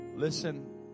Listen